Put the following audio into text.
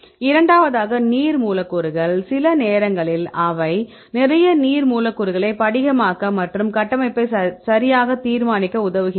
இரண்டாவதாக நீர் மூலக்கூறுகள் சில நேரங்களில் அவை நிறைய நீர் மூலக்கூறுகளை படிகமாக்க மற்றும் கட்டமைப்பை சரியாக தீர்மானிக்க உதவுகின்றன